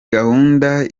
gahunda